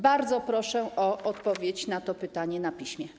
Bardzo proszę o odpowiedź na to pytanie na piśmie.